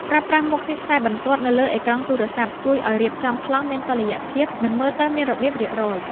ប្រើប្រាស់មុខងារខ្សែបន្ទាត់នៅលើអេក្រង់ទូរស័ព្ទជួយឱ្យរៀបចំប្លង់មានតុល្យភាព និង មើលទៅមានរបៀបរៀបរយ។